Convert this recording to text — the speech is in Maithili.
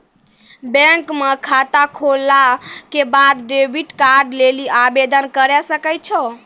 बैंक म खाता खोलला के बाद डेबिट कार्ड लेली आवेदन करै सकै छौ